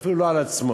אפילו לא על עצמו.